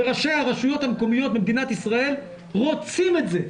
וראשי הרשויות המקומיות במדינת ישראל רוצים את זה,